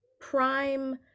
prime